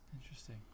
Interesting